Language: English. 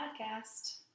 podcast